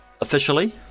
officially